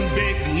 big